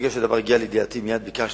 ברגע שהדבר הגיע לידיעתי מייד ביקשתי,